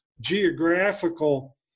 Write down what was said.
geographical